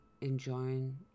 enjoying